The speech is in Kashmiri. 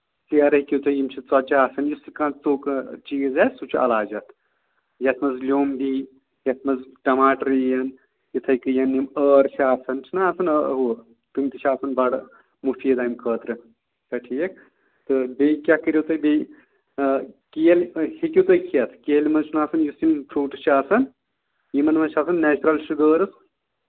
ژیرٕ ہیٚکِو تُہۍ یِم چھِ ژۄچہِ آسان یُس تہِ کانٛہہ ژوٚک چیٖز آسہِ سُہ چھُ علاج اَتھ یَتھ منٛز لیوٚمب دی یَتھ منٛز ٹَماٹر یِن یِتھٕے کَنۍ یِم ٲر چھِ آسان چھِنہ آسان ہُہ تِم تہِ چھِ آسان بَڑٕ مُفیٖد اَمہِ خٲطرٕ چھا ٹھیٖک تہٕ بیٚیہِ کیٛاہ کٔرِو تُہۍ بیٚیہِ کیل ہیٚکِو تُہۍ کھٮ۪تھ کیلہِ منٛز چھُنہٕ آسان یُس یِم فرٛوٗٹٕس چھِ آسان یِمَن منٛز چھِ آسان نیچرَل شُگٲرٕس